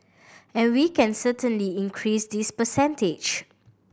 and we can certainly increase this percentage